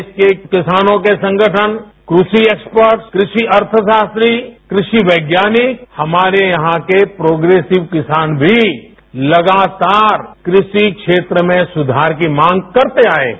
देश के किसानों के संगठन आज कृषि एक्स्पर्टस कृषि अर्थशास्त्री कृषि वैज्ञानिक हमारे यहां के प्रोग्रेसिव किसान भी लगातार कृषि क्षेत्र में सुधार की मांग करते आये हैं